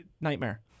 nightmare